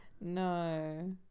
No